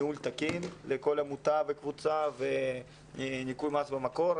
ניהול תקין לכל עמותה וקבוצה וניכוי מס במקור,